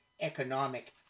economic